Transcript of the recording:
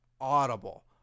Audible